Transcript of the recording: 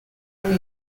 award